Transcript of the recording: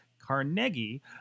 Carnegie